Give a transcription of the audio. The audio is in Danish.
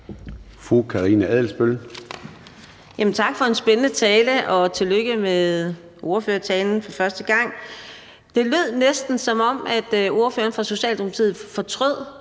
Tak for en spændende tale, og tillykke med den første ordførertale. Det lød næsten, som om ordføreren for Socialdemokratiet fortrød